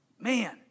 Man